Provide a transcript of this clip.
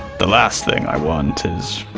the last thing i want is,